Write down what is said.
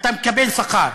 אתה מקבל שכר"?